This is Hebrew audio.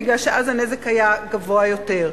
מפני שאז הנזק היה גדול יותר.